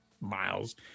miles